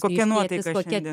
kokia nuotaika šiandien